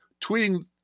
tweeting